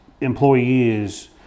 employees